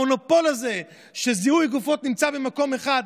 המונופול הזה שזיהוי גופות נמצא במקום אחד,